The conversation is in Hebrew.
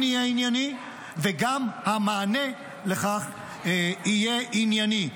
יהיה ענייני וגם המענה לכך יהיה ענייני.